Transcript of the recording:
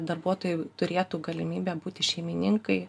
darbuotojai turėtų galimybę būti šeimininkai